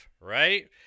right